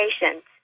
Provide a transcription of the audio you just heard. patients